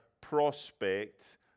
prospect